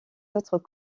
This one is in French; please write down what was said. autres